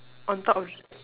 on top of